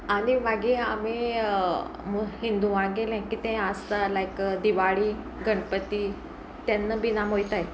आनी मागीर आमी हिंदुवगेर कितें आसता लायक दिवाळी गणपती तेन्ना बीन आमी वयताय